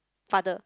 father